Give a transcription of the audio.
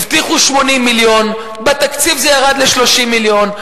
הבטיחו 80 מיליון, ובתקציב זה ירד ל-30 מיליון.